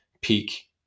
peak